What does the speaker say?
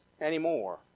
anymore